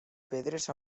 pedres